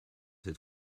ces